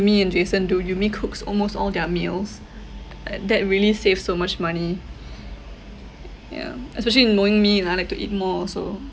yumi and jason do yumi cooks almost all their meals uh that really save so much money yeah especially knowing me I like to eat more also